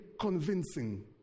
convincing